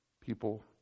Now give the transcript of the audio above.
people